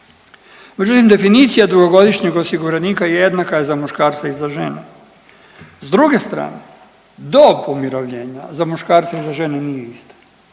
međutim definicija dugogodišnjeg osiguranika je jednaka za muškarce i za žene. S druge strane dob umirovljena za muškarce i za žene nije ista.